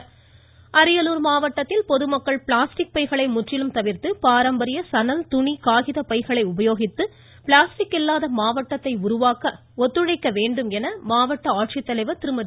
இருவரி அரியலூர் மாவட்டத்தில் பொதுமக்கள் பிளாஸ்டிக் பைகளை முற்றிலும் தவிர்த்து பாரம்பரிய சணல் துணி காகிதப் பைகளை உபயோகித்து பிளாஸ்டிக் இல்லாத மாவட்டத்தை உருவாக்க பொதுமக்கள் ஒத்துழைக்க வேண்டும் என மாவட்ட ஆட்சித்தலைவர் திருமதி